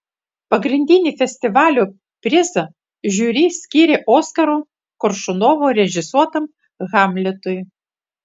pagrindinį festivalio prizą žiuri skyrė oskaro koršunovo režisuotam hamletui